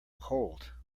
cold